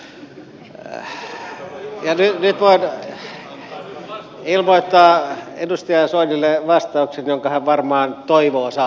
ja nyt voin ilmoittaa edustaja soinille vastauksen jonka hän varmaan toivoo saavansa